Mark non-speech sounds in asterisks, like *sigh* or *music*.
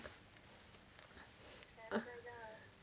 *breath*